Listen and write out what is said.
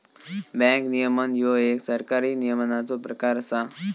bank नियमन ह्यो एक सरकारी नियमनाचो प्रकार असा